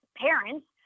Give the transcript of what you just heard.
parents